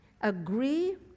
agree